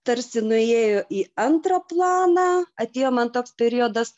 tarsi nuėjo į antrą planą atėjo man toks periodas